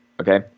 Okay